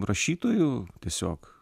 rašytojų tiesiog